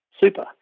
Super